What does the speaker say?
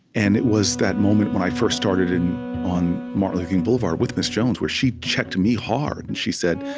and it was that moment when i first started on martin luther king boulevard, with miss jones, where she checked me, hard, and she said,